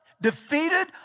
defeated